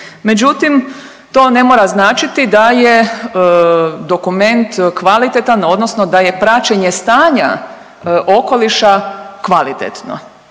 međutim to ne mora značiti da je dokument kvalitetan odnosno da je praćenje stanja okoliša kvalitetno